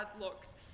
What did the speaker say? looks